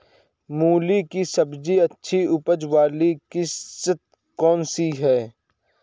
मूली की सबसे अच्छी उपज वाली किश्त कौन सी है?